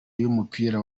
yumupira